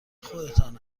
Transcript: خودتان